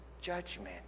judgment